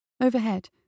Overhead